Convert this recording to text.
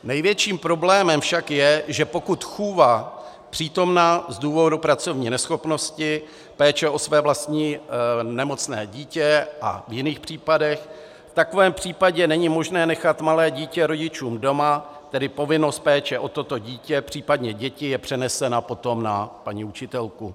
Největším problémem však je, že pokud je chůva nepřítomná z důvodu pracovní neschopnosti, péče o své vlastní nemocné dítě a v jiných případech, v takovém případě není možné nechat malé dítě rodičům doma, tedy povinnost péče o toto dítě, případně děti, je přenesena potom na paní učitelku.